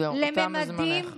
זהו, תם זמנך.